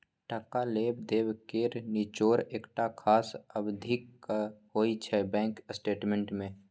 टका लेब देब केर निचोड़ एकटा खास अबधीक होइ छै बैंक स्टेटमेंट मे